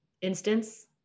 instance